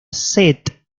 set